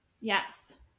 yes